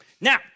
Now